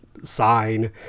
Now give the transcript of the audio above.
Sign